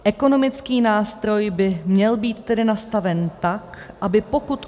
Ekonomický nástroj by měl být tedy nastaven tak, aby pokud...